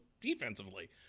defensively